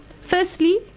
firstly